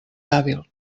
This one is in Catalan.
hàbil